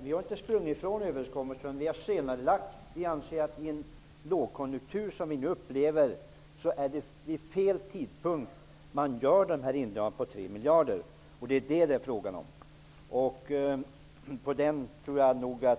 Vi har inte sprungit ifrån överenskommelsen utan senarelagt den. Vi anser att det med den lågkonjunktur som vi nu upplever är fel tidpunkt att göra indragningen på 3 miljarder. Det är vad det är fråga om.